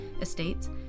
estates